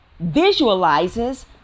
visualizes